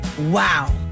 wow